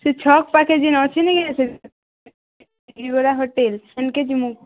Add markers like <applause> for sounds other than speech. ସେ ଛକ ପାଖରେ ଯେଉଁ ଅଛି ନି କି ସେ <unintelligible> ହୋଟେଲ୍ ସେଠିକି ଯିବି ମୁଁ